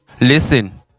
Listen